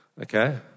Okay